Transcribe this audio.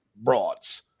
broads